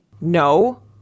No